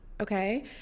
Okay